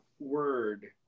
word